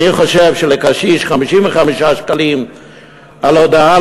אני חושב שלקשיש 55 שקלים על הודעה,